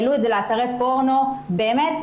העלו את זה לאתרי פורנו ובאמת,